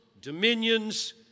dominions